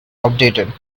outdated